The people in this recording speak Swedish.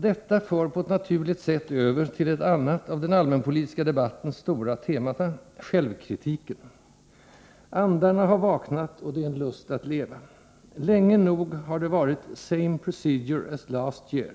Detta för på ett naturligt sätt över till ett annat av den allmänpolitiska debattens stora temata: självkritiken. Andarna har vaknat och det är en lust att leva. Länge nog har det varit ”same procedure as last year”.